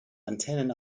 antennen